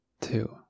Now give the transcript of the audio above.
two